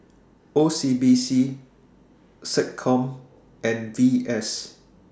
O C B C Seccom and V S